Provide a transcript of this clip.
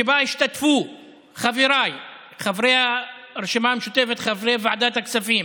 שבה השתתפו חבריי חברי הרשימה המשותפת חברי ועדת הכספים: